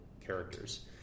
characters